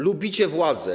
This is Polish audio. Lubicie władzę.